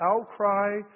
outcry